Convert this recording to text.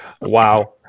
Wow